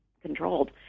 controlled